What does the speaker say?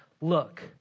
Look